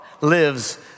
lives